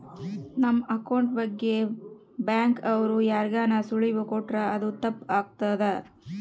ನಮ್ ಅಕೌಂಟ್ ಬಗ್ಗೆ ಬ್ಯಾಂಕ್ ಅವ್ರು ಯಾರ್ಗಾನ ಸುಳಿವು ಕೊಟ್ರ ಅದು ತಪ್ ಆಗ್ತದ